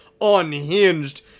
unhinged